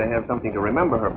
to have something to remember her